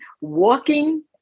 walking